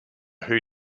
who